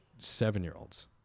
seven-year-olds